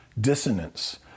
dissonance